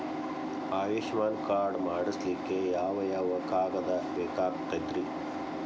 Ayushman card ಮಾಡ್ಸ್ಲಿಕ್ಕೆ ಯಾವ ಯಾವ ಕಾಗದ ಪತ್ರ ಬೇಕಾಗತೈತ್ರಿ?